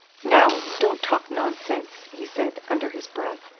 now, don't talk nonsense! he said under his breath,